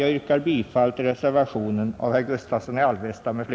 Jag yrkar bifall till reservationen av herr Gustavsson i Alvesta m, fl.